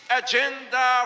agenda